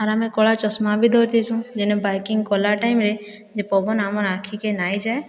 ଆର୍ ଆମେ କଳା ଚଷମା ବି ଧରିଥିସୁଁ ଯେନେ ବାଇକିଂ କଲା ଟାଇମରେ ଯେ ପବନ ଆମର୍ ଆଖିକେ ନାଇଁ ଯାଏ